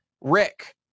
Rick